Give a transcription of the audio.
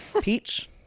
Peach